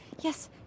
Yes